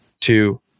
two